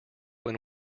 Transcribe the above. when